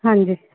ਹਾਂਜੀ